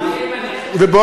מה יהיה עם הנכד שלי בקיץ?